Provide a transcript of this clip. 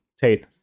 Tate